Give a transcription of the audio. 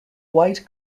white